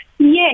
Yes